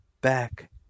back